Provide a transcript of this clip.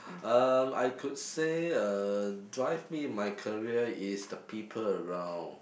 um I could say uh drive me my career is the people around